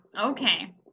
okay